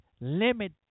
limit